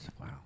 Wow